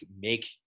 make